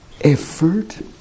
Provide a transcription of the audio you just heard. effort